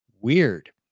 Weird